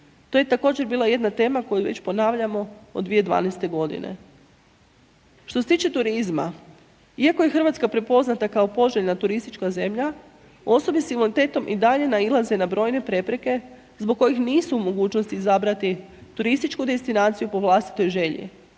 To je također bila jedna tema koju već ponavljamo od 2012. g. Što se tiče turizma, iako je Hrvatska prepoznata kao poželjna turistička zemlja, osobe sa invaliditetom i dalje nailaze na brojne prepreke zbog kojih nisu u mogućnosti izabrati turističku destinaciju po vlastitoj želji